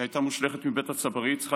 היא הייתה מושלכת מבית הצברית וצריכה